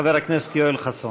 חבר הכנסת יואל חסון.